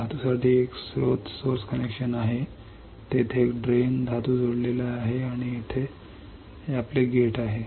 धातूसाठी एक स्त्रोत कनेक्शन आहे तेथे एक निचरा धातू जोडलेला आहे आणि येथे आपले गेट आहे